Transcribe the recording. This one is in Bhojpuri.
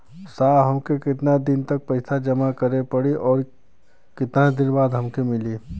साहब हमके कितना दिन तक पैसा जमा करे के पड़ी और कितना दिन बाद हमके मिली?